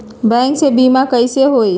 Bank से बिमा कईसे होई?